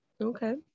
Okay